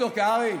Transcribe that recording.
ד"ר קרעי,